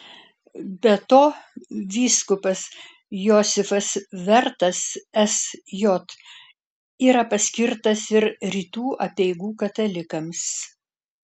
be to vyskupas josifas vertas sj yra paskirtas ir rytų apeigų katalikams